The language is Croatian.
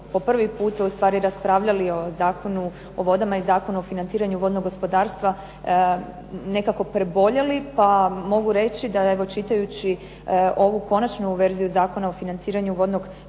po prvi puta ustvari raspravljali o Zakonu o vodama i Zakonu o financiranju vodnog gospodarstva nekako preboljeli, pa mogu reći da evo čitajući ovu konačnu verziju Zakona o financiranju vodnog gospodarstva